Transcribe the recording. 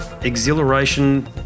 exhilaration